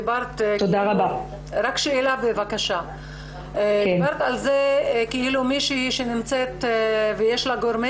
את דיברת על זה כאילו מישהי שנמצאת ויש לה גורמי